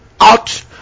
out